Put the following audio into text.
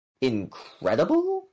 Incredible